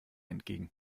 entgegen